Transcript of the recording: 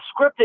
scripted